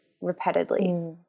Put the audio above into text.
repeatedly